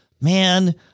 man